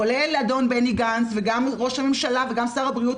כולל אדון בני גנץ וגם ראש הממשלה וגם שר הבריאות,